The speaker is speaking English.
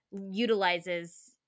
utilizes